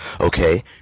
Okay